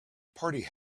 party